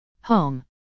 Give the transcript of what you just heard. Home